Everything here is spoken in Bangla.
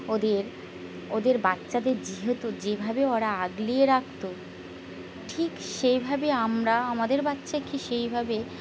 ওদের ওদের বাচ্চাদের যেহেতু যেভাবে ওরা আগলে রাখতো ঠিক সেইভাবে আমরা আমাদের বাচ্চাকে সেইভাবে